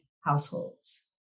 households